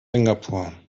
singapur